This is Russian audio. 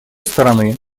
стороны